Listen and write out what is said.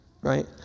right